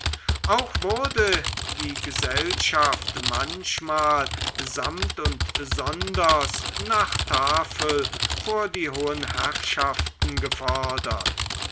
auch wurde die gesellschaft manchmal samt und sonders nach tafel vor die hohen herrschaften gefordert